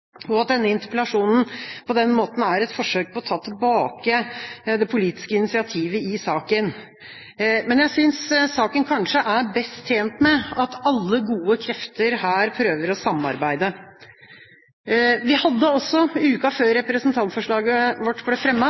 politiske initiativet i saken. Men jeg synes saken kanskje er best tjent med at alle gode krefter her prøver å samarbeide. Vi hadde også den 9. januar, uka før representantforslaget vårt ble